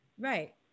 right